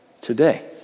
today